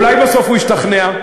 אולי בסוף הוא ישתכנע?